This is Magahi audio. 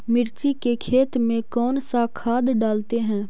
मिर्ची के खेत में कौन सा खाद डालते हैं?